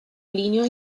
plinio